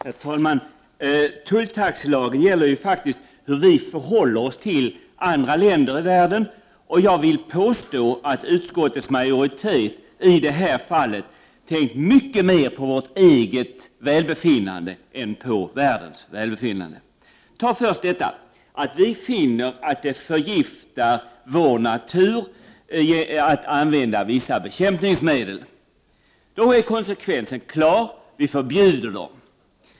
Herr talman! Tulltaxelagen gäller hur vi förhåller oss till andra länder i världen. Jag vill påstå att utskottets majoritet i det här fallet har tänkt mycket mer på vårt eget välbefinnande än på världens välbefinnande. Ta först detta att vi finner att det förgiftar vår natur när vi använder vissa bekämpningsmedel! Då är konsekvensen klar: vi förbjuder dem.